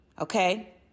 okay